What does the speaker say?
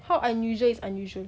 how unusual is unusual